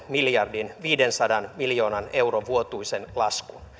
miljardin viidensadan miljoonan euron vuotuisen laskun